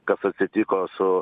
kas atsitiko su